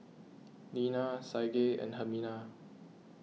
Lina Saige and Hermina